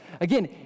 Again